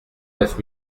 neuf